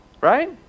Right